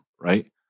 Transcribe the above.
right